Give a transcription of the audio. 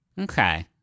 Okay